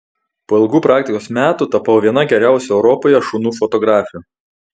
po ilgų praktikos metų tapau viena geriausių europoje šunų fotografių